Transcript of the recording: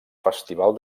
festival